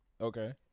Okay